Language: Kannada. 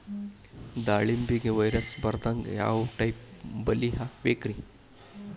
ದಾಳಿಂಬೆಗೆ ವೈರಸ್ ಬರದಂಗ ಯಾವ್ ಟೈಪ್ ಬಲಿ ಹಾಕಬೇಕ್ರಿ?